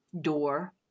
door